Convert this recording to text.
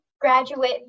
graduate